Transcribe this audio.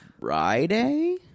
Friday